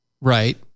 Right